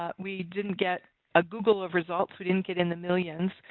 ah we didn't get a google of results. we didn't get in the millions,